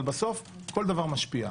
אבל בסוף כל דבר משפיע.